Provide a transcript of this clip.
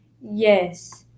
Yes